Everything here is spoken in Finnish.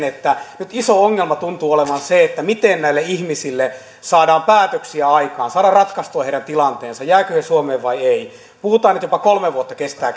että nyt iso ongelma tuntuu olevan miten näille ihmisille saadaan päätöksiä aikaan saadaan ratkaistua heidän tilanteensa jäävätkö he suomeen vai eivät puhutaan että jopa kolme vuotta kestää